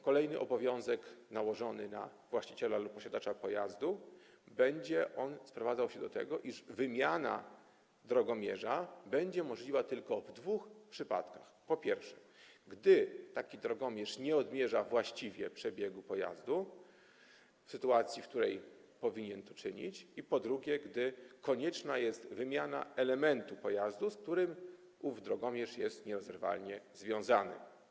Kolejny obowiązek nałożony na właściciela lub posiadacza pojazdu będzie sprowadzał się do tego, iż wymiana drogomierza będzie możliwa tylko w dwóch przypadkach: po pierwsze, gdy taki drogomierz nie odmierza właściwie przebiegu pojazdu w sytuacji, w której powinien to czynić, i po drugie, gdy konieczna jest wymiana elementu pojazdu, z którym ów drogomierz jest nierozerwalnie związany.